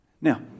Now